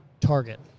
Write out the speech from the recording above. target